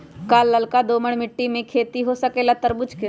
का लालका दोमर मिट्टी में खेती हो सकेला तरबूज के?